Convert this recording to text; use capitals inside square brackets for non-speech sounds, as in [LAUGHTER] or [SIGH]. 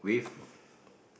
[BREATH]